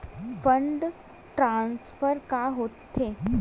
Fund transfer का होथे?